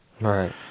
Right